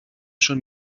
schon